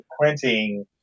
printing